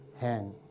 hand